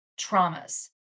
traumas